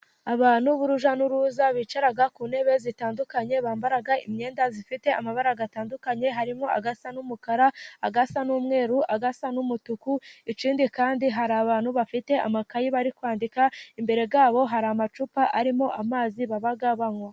Abantu b'urujya n'uruza bicara ku ntebe zitandukanye, bambara imyenda ifite amabarara atandukanye harimo asa n'umukara, asa n'umweru, asa n'umutuku, icyindi kandi hari abantu bafite amakayi bari kwandika, imbere ya bo hari amacupa arimo amazi baba banywa.